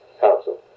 Council